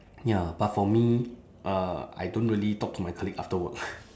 ya but for me uh I don't really talk to my colleague after work